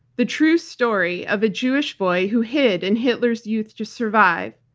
the true story of a jewish boy who hid in hitler's youth to survive.